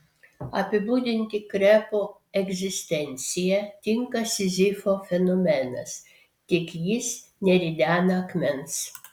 apibūdinti krepo egzistenciją tinka sizifo fenomenas tik jis neridena akmens